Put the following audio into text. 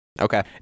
Okay